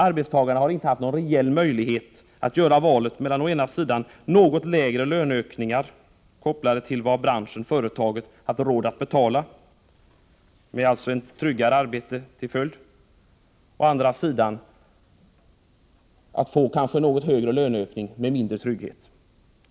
Arbetstagarna har inte haft reell möjlighet att göra valet mellan å ena sidan något lägre löneökningar, kopplade till vad branschen och företagen har råd att betala, med en trygghet i arbetet som följd och å andra sidan något högre löneökningar men mindre trygghet.